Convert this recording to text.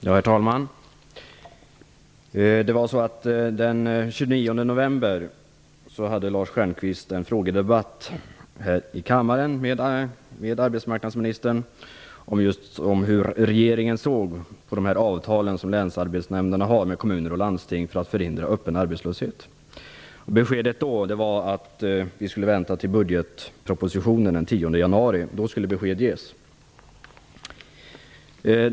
Herr talman! Den 29 november hade Lars Stjernkvist en frågedebatt med arbetsmarknadsministern här i kammaren om just regeringens syn på länsarbetsnämndernas avtal med kommuner och landsting för att förhindra öppen arbetslöshet. Beskedet var då att vi skulle avvakta budgetpropositionen den 10 januari. Då skulle besked ges.